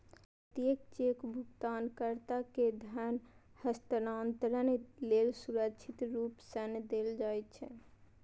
प्रत्येक चेक भुगतानकर्ता कें धन हस्तांतरण लेल सुरक्षित रूप सं देल जाइ छै